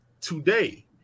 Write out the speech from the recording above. Today